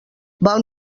val